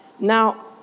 Now